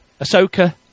Ahsoka